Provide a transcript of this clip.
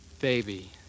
Baby